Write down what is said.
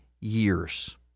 years